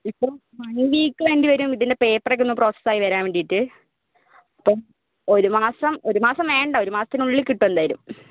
ഇപ്പോൾ one week വേണ്ടിവരും ഇതിന്റെ പേപ്പറൊക്കെ ഒന്ന് പ്രോസസ്സ് ആയി വരാൻ വേണ്ടീട്ട് അപ്പം ഒരു മാസം ഒരു മാസം വേണ്ട ഒരു മാസത്തിനുള്ളിൽ കിട്ടും എന്തായാലും